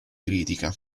critica